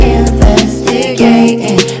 investigating